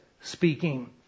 speaking